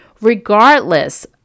regardless